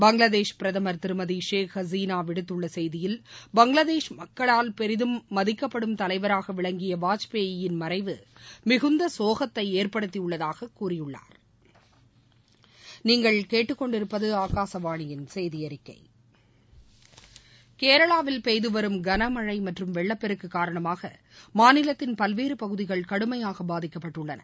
பங்களாதேஷ் பிரதமர் திருமதி ஷேக் ஹசினா விடுத்துள்ள செய்தியில் பங்களாதேஷ் மக்களால் பெரிதும் மதிக்கப்படும் தலைவராக விளங்கிய வாஜ்பாயின் மறைவு மிகுந்த சோகத்தை ஏற்படுத்தியுள்ளதாகக் கூறியுள்ளார் கேரளாவில் பெய்துவரும் கனமழை மற்றும் வெள்ளப்பெருக்கு காரணமாக மாநிலத்தின் பல்வேறு பகுதிகள் கடுமையாக பாதிக்கப்பட்டுள்ளன